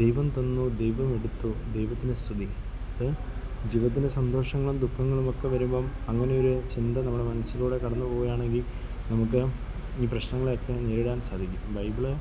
ദൈവം തന്നു ദൈവം എടുത്തു ദൈവത്തിന് സ്തുതി അത് ജീവിതത്തിലെ സന്തോഷങ്ങളും ദുഃഖങ്ങളുമൊക്കെ വരുമ്പം അങ്ങനെയൊരു ചിന്ത നമ്മുടെ മനസ്സിലൂടെ കടന്ന് പോകുകയാണെങ്കിൽ നമുക്ക് ഈ പ്രശ്നങ്ങളേയൊക്കെ നേരിടാൻ സാധിക്കും ബൈബിള്